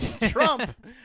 Trump